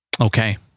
Okay